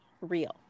real